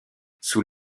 sous